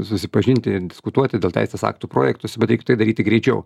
susipažinti diskutuoti dėl teisės aktų projektus bet reiktų tai daryti greičiau